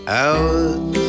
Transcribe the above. hours